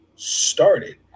started